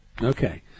Okay